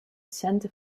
centre